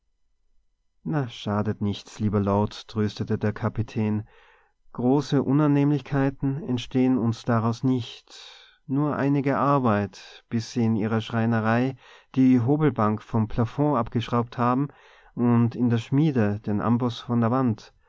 na schadet nichts lieber lord tröstete der kapitän große unannehmlichkeiten entstehen uns daraus nicht nur einige arbeit bis sie in ihrer schreinerei die hobelbank vom plafond abgeschraubt haben und in der schmiede den amboß von der wand